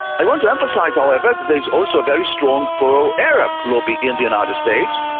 i want to emphasise, like however, that there is also a very strong pro-arab lobby in the united states.